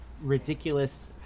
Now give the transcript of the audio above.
ridiculous